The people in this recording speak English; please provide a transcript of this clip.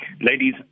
Ladies